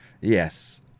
Yes